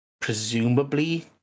presumably